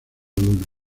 luna